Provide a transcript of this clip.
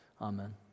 Amen